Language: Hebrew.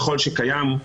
ככול שקיים,